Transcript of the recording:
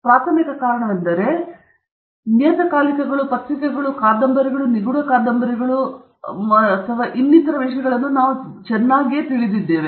ಅದಕ್ಕಾಗಿ ಒಂದು ಪ್ರಾಥಮಿಕ ಕಾರಣವೆಂದರೆ ನಾನು ಆರಂಭದಲ್ಲಿಯೇ ನಿಮಗೆ ತೋರಿಸಿದಂತೆಯೇ ನಿಯತಕಾಲಿಕೆಗಳು ಪತ್ರಿಕೆಗಳು ಕಾದಂಬರಿಗಳು ನಿಗೂಢ ಕಾದಂಬರಿಗಳು ಮತ್ತು ಇನ್ನಿತರ ವಿಷಯಗಳನ್ನು ನಾವು ಚೆನ್ನಾಗಿ ತಿಳಿದಿದ್ದೇವೆ